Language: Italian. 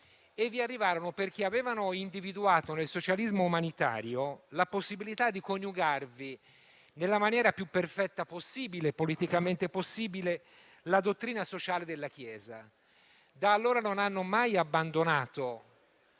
Vi arrivarono perché avevano individuato nel socialismo umanitario la possibilità di coniugarvi, nella maniera politicamente più perfetta possibile, la dottrina sociale della Chiesa. Da allora non hanno mai abbandonato